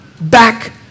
Back